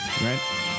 right